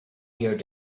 here